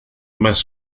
más